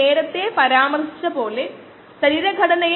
2 minute ലഭിക്കും